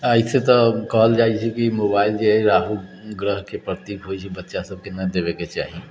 एसे तऽ कहल जाइ छै की मोबाइल जे है राहु ग्रह के प्रतीक होइ छै बच्चा सबके ना देबय के चाही